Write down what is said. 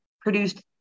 produced